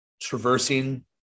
traversing